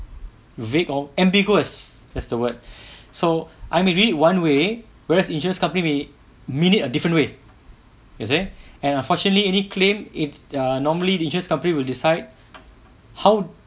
vague or ambiguous that's the word so I may mean it one way whereas insurance company may mean it a different way you see and unfortunately any claim it err normally insurance company will decide how